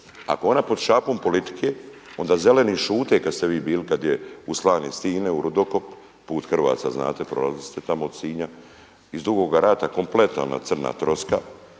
Ako je ona pod šapom politike onda zeleni šute kada ste vi bili, kada je u Slani stine u rudokop put Hrvaca znate, prolazili ste tamo od Sinja, iz Dugoga Rata kompletna ona crna troska